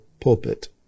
pulpit